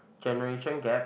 generation gap